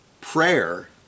prayer